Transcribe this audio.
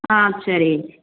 ஆ சரி